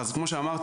אז כמו שאמרתי,